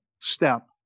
step